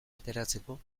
ateratzeko